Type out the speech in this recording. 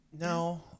no